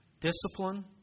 discipline